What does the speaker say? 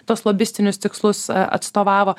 tuos lobistinius tikslus atstovavo